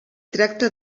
tracta